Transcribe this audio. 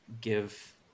give